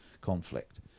conflict